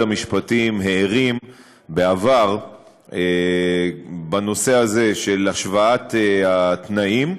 המשפטים הערים בעבר בנושא הזה של השוואת התנאים.